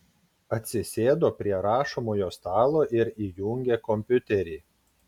atsisėdo prie rašomojo stalo ir įjungė kompiuterį